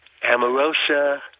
Amarosa